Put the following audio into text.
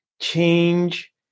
change